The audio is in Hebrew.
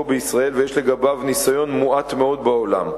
בישראל ויש לגביו ניסיון מועט מאוד בעולם.